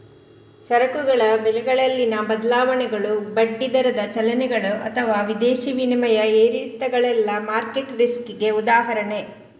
ಸರಕುಗಳ ಬೆಲೆಗಳಲ್ಲಿನ ಬದಲಾವಣೆಗಳು, ಬಡ್ಡಿ ದರದ ಚಲನೆಗಳು ಅಥವಾ ವಿದೇಶಿ ವಿನಿಮಯ ಏರಿಳಿತಗಳೆಲ್ಲ ಮಾರ್ಕೆಟ್ ರಿಸ್ಕಿಗೆ ಉದಾಹರಣೆ